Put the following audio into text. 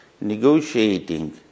negotiating